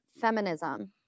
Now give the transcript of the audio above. feminism